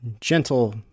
gentle